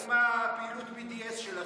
אין מדינה שלא פספסתם עם הפעילות BDS שלכם.